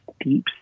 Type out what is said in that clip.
deep